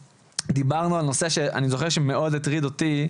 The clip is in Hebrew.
דיברנו על נושא שאני זוכר שמאוד הטריד אותי,